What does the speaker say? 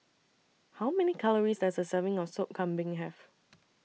How Many Calories Does A Serving of Sop Kambing Have